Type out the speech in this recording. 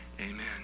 amen